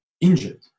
injured